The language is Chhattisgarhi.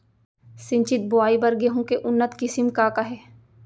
सिंचित बोआई बर गेहूँ के उन्नत किसिम का का हे??